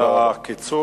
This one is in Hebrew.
תודה רבה.